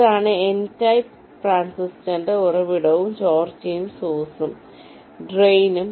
ഇതാണ് N type ട്രാൻസിസ്റ്ററിന്റെ ഉറവിടവും ചോർച്ചയുംസോഴ്സും ഡ്രെയ്നും